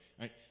right